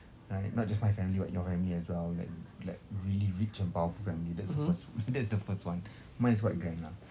right not just my family but your family as well like like really rich and powerful family that's the that's the first one mine is quite grand lah